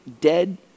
dead